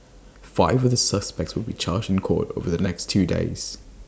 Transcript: five of the suspects will be charged in court over the next two days